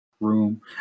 room